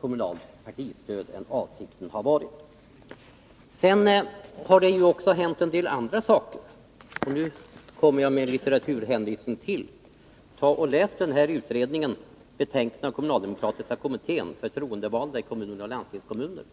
kommunalt partistöd än vad avsikten ursprungligen har varit. Det har också hänt en del andra saker, och nu kommer jag med en litteraturhänvisning till: Läs kommunaldemokratiska kommitténs betänkande Förtroendevalda i kommuner och landstingskommuner!